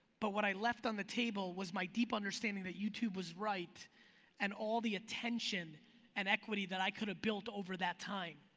but what i left on the table was my deep understanding that youtube was right and all the attention and equity that i could've built over that time.